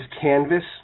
canvas